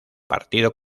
partido